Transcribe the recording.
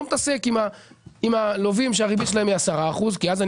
לא מתעסק עם הלווים שהריבית שלהם היא 10%. כי אז אני